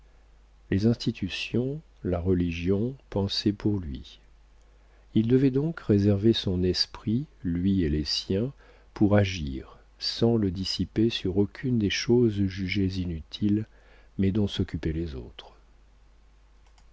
les institutions la religion pensaient pour lui il devait donc réserver son esprit lui et les siens pour agir sans le dissiper sur aucune des choses jugées inutiles mais dont s'occupaient les autres